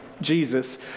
Jesus